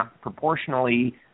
proportionally